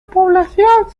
población